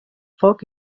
foc